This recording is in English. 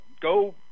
go